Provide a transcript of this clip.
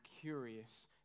curious